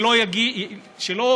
שלא